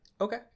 Okay